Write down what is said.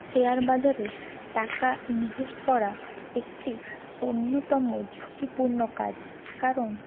share বাজারে টাকা invest করা একটি অন্যতম ঝুঁকিপূর্ণ কাজ কারণ